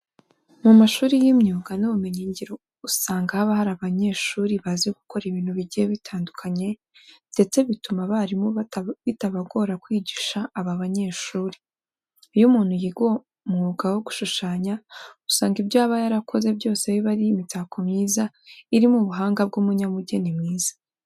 Mu mashuri y'imyuga n'ubumenyingiro usanga haba hari abanyeshuri bazi gukora ibintu bigiye bitandukanye ndetse bituma abarimu bitabagora kwigisha aba banyeshuri. Iyo umuntu yiga umwuga wo gushushanya usanga ibyo aba yarakoze byose biba ari imitako myiza irimo ubuhanga bw'umunyabugeni mwiza.